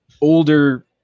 Older